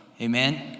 Amen